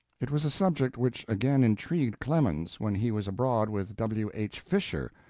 it was a subject which again intrigued clemens when he was abroad with w. h. fisher,